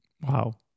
Wow